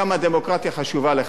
כמה הדמוקרטיה חשובה לך.